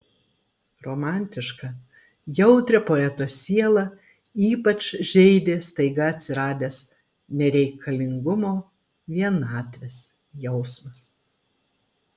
romantišką jautrią poeto sielą ypač žeidė staiga atsiradęs nereikalingumo vienatvės jausmas